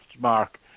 Mark